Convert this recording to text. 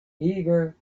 eager